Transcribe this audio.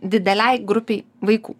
didelei grupei vaikų